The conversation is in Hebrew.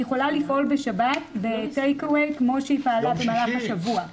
היא יכולה לפעול בשבת ב- take awayכמו שהיא פעלה במהלך השבוע.